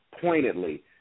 pointedly